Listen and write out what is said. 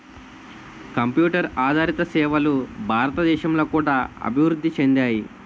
computer ఆదారిత సేవలు భారతదేశంలో కూడా అభివృద్ధి చెందాయి